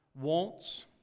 wants